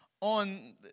on